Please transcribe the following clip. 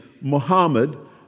Muhammad